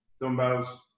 dumbbells